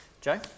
Joe